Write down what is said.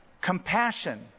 compassion